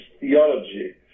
theology